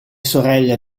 sorella